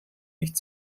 nicht